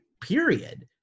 period